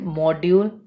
module